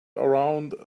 around